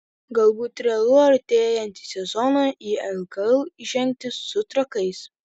galbūt realu artėjantį sezoną į lkl įžengti su trakais